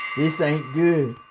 this ain't good.